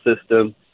system